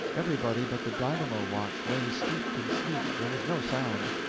everybody but the dynamo-watch lay steeped in sleep there was no sound.